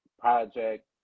project